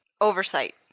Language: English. Oversight